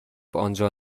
آنجا